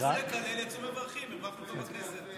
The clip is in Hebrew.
רצו לקלל, יצאו מברכים, הרווחנו אותו בכנסת.